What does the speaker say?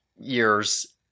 years